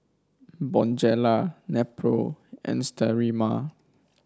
Bonjela Nepro and Sterimar